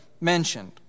mentioned